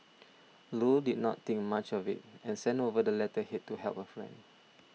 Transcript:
Loo did not think much of it and sent over the letterhead to help her friend